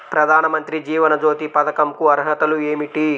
ప్రధాన మంత్రి జీవన జ్యోతి పథకంకు అర్హతలు ఏమిటి?